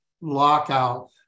lockout